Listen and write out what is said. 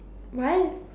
what